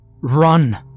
Run